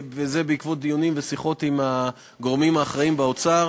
וזה בעקבות דיונים ושיחות עם הגורמים האחראים באוצר,